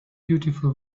beautiful